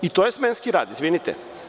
I to je smenski rad, izvinite.